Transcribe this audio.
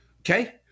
Okay